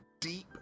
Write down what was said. Deep